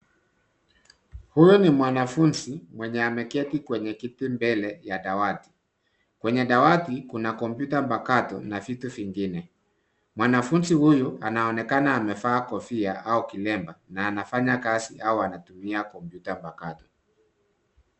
Huyu ni mwanafunzi mwenye ameketi kwenye kiti mbele ya dawati. Kwenye dawati kuna kompyuta mpakato na vitu vingine. Mwanafunzi huyu anaonekana amevaa kofia au kilemba na anafanya kazi au anatumia kompyuta mpakato.